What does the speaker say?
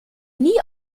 nie